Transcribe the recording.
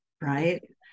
Right